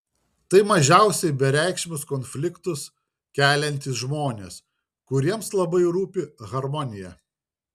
tai mažiausiai bereikšmius konfliktus keliantys žmonės kuriems labai rūpi harmonija